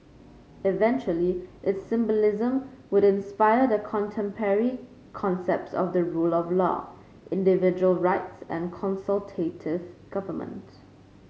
eventually its symbolism would inspire the contemporary concepts of the rule of law individual rights and consultative government